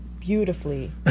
Beautifully